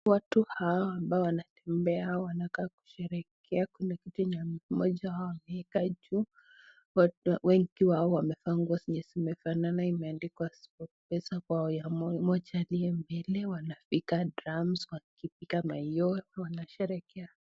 Watu hawa ambao wanatembea wanakaa kusherehekea, kuna kitu yenye mmoja wao ameweka juu. Wengi wao wamevaa nguo zenye zimefanana imeandikwa 'Sport Pesa' kwa ya mmoja aliyembele. Wanapiga drums ,wakipiga mayowe wanasherehekea.